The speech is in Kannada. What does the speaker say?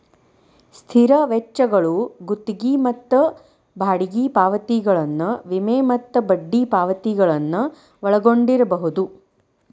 ಸ್ಥಿರ ವೆಚ್ಚಗಳು ಗುತ್ತಿಗಿ ಮತ್ತ ಬಾಡಿಗಿ ಪಾವತಿಗಳನ್ನ ವಿಮೆ ಮತ್ತ ಬಡ್ಡಿ ಪಾವತಿಗಳನ್ನ ಒಳಗೊಂಡಿರ್ಬಹುದು